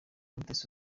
mutesi